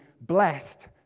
blessed